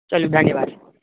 चलू धन्यवाद